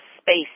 space